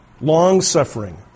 Long-suffering